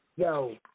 Yo